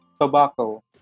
tobacco